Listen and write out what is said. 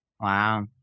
Wow